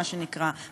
מה שנקרא,